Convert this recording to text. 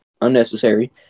unnecessary